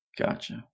Gotcha